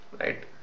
right